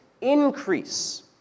increase